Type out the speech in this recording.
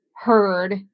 heard